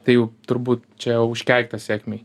tai jau turbūt čia jau užkeikta sėkmei